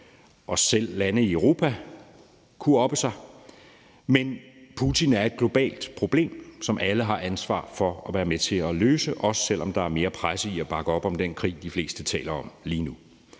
– selv lande i Europa kunne oppe sig – men at Putin er et globalt problem, som alle har ansvar for at være med til at løse, også selv om der er mere presse i at bakke op om den krig, de fleste taler om lige nu.